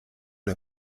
der